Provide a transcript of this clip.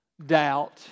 doubt